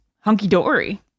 hunky-dory